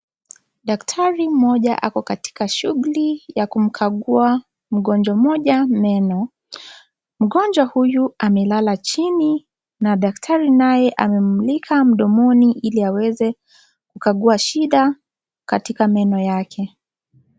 Daktari mmoja ako katika shughuli ya kumkagua mgonjwa moja meno mgonjwa huyu amelala chini na daktari anamlika mdomo yake ili awezekukagua shida katika meno yake.